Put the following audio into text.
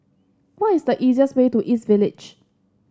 what is the easiest way to East Village